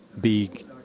big